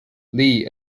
lee